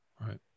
Right